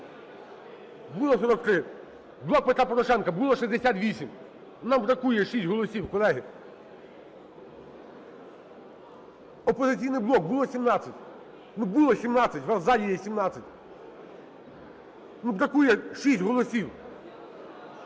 було 43, "Блок Петра Порошенка" – було 68. Нам бракує 6 голосів, колеги. "Опозиційний блок" – було 17, ну, було 17, вас у залі є 17. Ну, бракує 6 голосів.